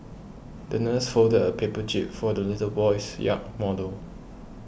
the nurse folded a paper jib for the little boy's yacht model